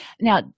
Now